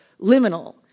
liminal